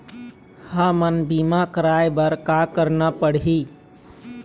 हमन बीमा कराये बर का करना पड़ही?